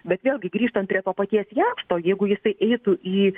bet vėlgi grįžtant prie to paties jakšto jeigu jisai eitų į